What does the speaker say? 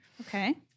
Okay